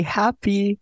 happy